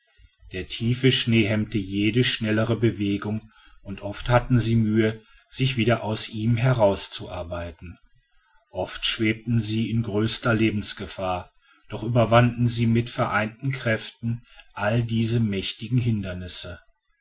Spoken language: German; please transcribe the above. der tiefe schnee hemmte jede schnellere bewegung und oft hatten sie mühe sich wieder aus ihm herauszuarbeiten oft schwebten sie in größter lebensgefahr doch überwanden sie mit vereinten kräften alle diese mächtigen hindernisse